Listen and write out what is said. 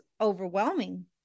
overwhelming